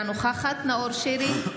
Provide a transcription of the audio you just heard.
אינה נוכחת נאור שירי,